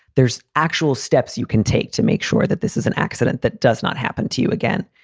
there's actual steps you can take to make sure that this is an accident. that does not happen to you again.